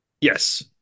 Yes